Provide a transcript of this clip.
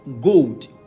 gold